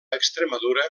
extremadura